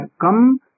come